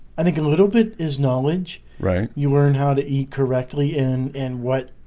i think a little bit is knowledge right you learn how to eat correctly and and what?